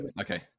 Okay